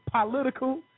political